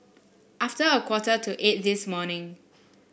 after a quarter to eight this morning